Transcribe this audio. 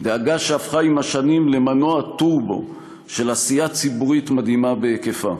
דאגה שהפכה עם השנים למנוע טורבו של עשייה ציבורית מדהימה בהיקפה.